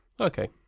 Okay